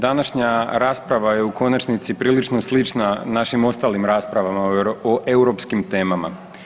Današnja rasprava je u konačnici prilično slična našim ostalim raspravama o europskim temama.